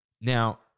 Now